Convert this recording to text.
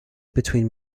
between